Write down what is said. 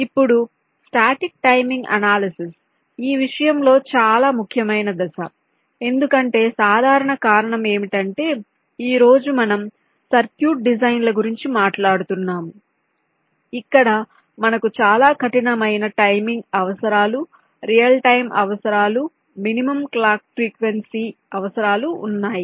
ఇప్పుడు static timing analysis ఈ విషయంలో చాలా ముఖ్యమైన దశ ఎందుకంటే సాధారణ కారణం ఏమిటంటే ఈ రోజు మనం సర్క్యూట్ డిజైన్ల గురించి మాట్లాడుతున్నాము ఇక్కడ మనకు చాలా కఠినమైన టైమింగ్ అవసరాలు రియల్ టైం అవసరాలు మినిమం క్లాక్ ఫ్రీక్వెన్సీ అవసరాలు ఉన్నాయి